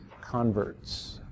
converts